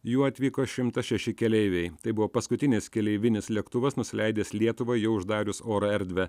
juo atvyko šimtas šeši keleiviai tai buvo paskutinis keleivinis lėktuvas nusileidęs lietuvai jau uždarius oro erdvę